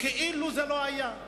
כאילו זה לא היה?